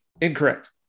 Incorrect